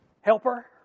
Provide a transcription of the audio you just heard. helper